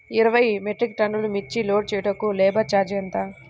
ఇరవై మెట్రిక్ టన్నులు మిర్చి లోడ్ చేయుటకు లేబర్ ఛార్జ్ ఎంత?